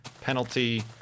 penalty